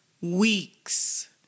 weeks